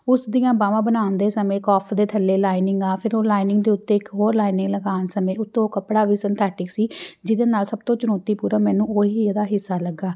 ਉਸ ਦੀਆਂ ਬਾਹਵਾਂ ਬਣਾਉਣ ਦੇ ਸਮੇਂ ਕੱਫ ਦੇ ਥੱਲੇ ਲਾਈਨਿੰਗ ਆ ਫਿਰ ਉਹ ਲਾਈਨਿੰਗ ਦੇ ਉੱਤੇ ਇੱਕ ਹੋਰ ਲਾਈਨਿੰਗ ਲਗਾਉਣ ਸਮੇਂ ਉੱਤੋਂ ਕੱਪੜਾ ਵੀ ਸਨਥੈਟਿਕ ਸੀ ਜਿਹਦੇ ਨਾਲ ਸਭ ਤੋਂ ਚੁਣੌਤੀਪੂਰਨ ਮੈਨੂੰ ਉਹ ਹੀ ਇਹਦਾ ਹਿੱਸਾ ਲੱਗਾ